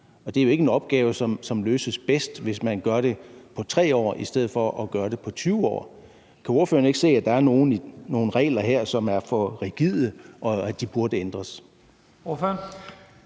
Og det er jo ikke en opgave, som løses bedst, hvis man gør det på 3 år i stedet for at gøre det på 20 år. Kan ordføreren ikke se, at der er nogle regler her, som er for rigide, og at de burde ændres?